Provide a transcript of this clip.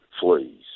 Fleas